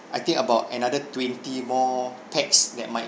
I think about another twenty more pax that might